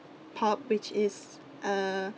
pop which is uh